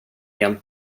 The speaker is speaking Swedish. igen